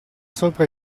sopra